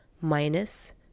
minus